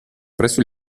presso